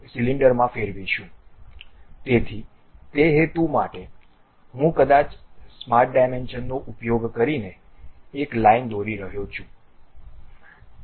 તેથી તે હેતુ માટે હું કદાચ સ્માર્ટ ડાયમેન્શનનો ઉપયોગ કરીને એક લાઈન દોરી રહ્યો છું